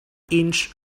inch